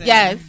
Yes